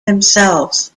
themselves